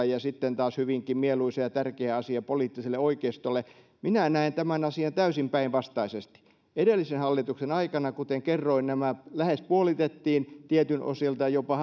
ja sitten taas hyvinkin mieluisa ja tärkeä asia poliittiselle oikeistolle minä näen tämän asian täysin päinvastaisesti edellisen hallituksen aikana kuten kerroin nämä lähes puolitettiin tietyiltä osin hammashuollon osalta jopa